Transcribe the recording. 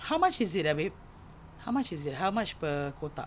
how much is it ah babe how much is it how much per kotak